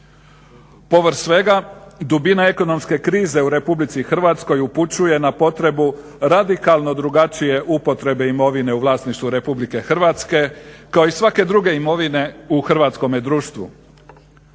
Povrh svega dubina ekonomske krize u RH upućuje na potrebu radikalno drugačije upotrebe imovine u vlasništvu RH kao i svake druge imovine u hrvatskome društvu.